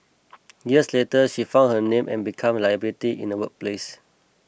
years later she found that her name and become a liability in the workplace